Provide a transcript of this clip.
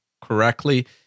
correctly